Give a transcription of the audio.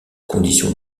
condition